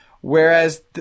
Whereas